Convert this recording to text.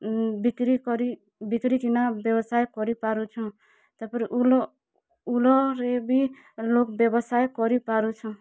ବିକ୍ରି କରି ବିକିକିନା ବ୍ୟବସାୟ କରିପାରୁଛୁଁ ତା'ର୍ପରେ ଉଲ ଉଲରେ ବି ଲୋକ୍ ବ୍ୟବସାୟ କରି ପାରୁଛୁଁ